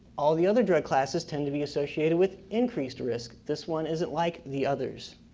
all the other drug classes tend to be associated with increased risk. this one isn't like the others.